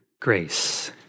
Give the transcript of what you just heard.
grace